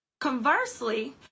Conversely